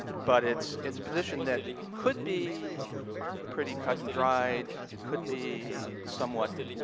but it's it's a position that could be pretty cut and dried, it could be somewhat,